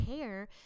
hair